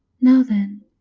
now then.